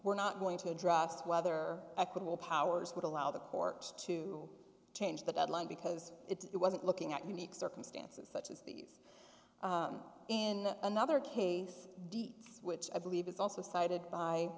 we're not going to address whether equitable powers would allow the court to change the deadline because it wasn't looking at unique circumstances such as these in another case dietz which i believe is also cited by